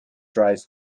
drive